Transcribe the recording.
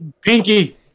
Pinky